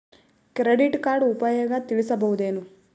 Credit card ಉಪಯೋಗ ತಿಳಸಬಹುದೇನು?